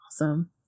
Awesome